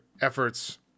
efforts